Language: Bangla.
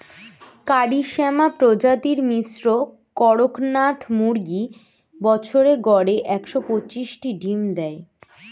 কারি শ্যামা প্রজাতির মিশ্র কড়কনাথ মুরগী বছরে গড়ে একশ পাঁচটি ডিম দেয়